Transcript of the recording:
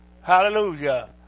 Hallelujah